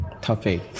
topic